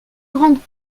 grandes